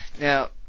Now